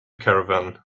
caravan